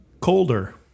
Colder